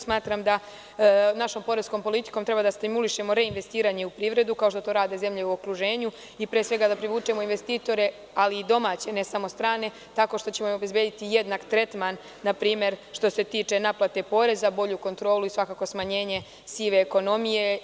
Smatram da našom poreskom politikom treba da stimulišemo reinvestiranje u privredu, kao što to rade zemlje u okruženju i pre svega da privučemo investitore, ali i domaće, ne samo strane, tako što ćemo obezbediti jednak tretman, npr, što se tiče naplate poreza, bolju kontrolu i svakako smanjenje sive ekonomije.